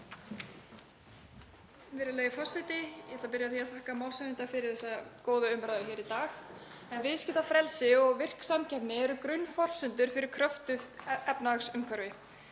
Virðulegi forseti. Ég ætla að byrja á því að þakka málshefjanda fyrir þessa góðu umræðu hér í dag. Viðskiptafrelsi og virk samkeppni eru grunnforsendur fyrir kröftugu efnahagsumhverfi.